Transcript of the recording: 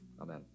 Amen